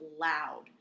loud